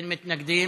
אין מתנגדים,